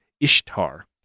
Ishtar